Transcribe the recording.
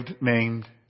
named